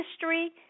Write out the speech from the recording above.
history